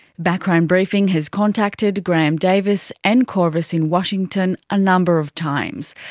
background briefing has contacted graham davis and qorvis in washington a number of times.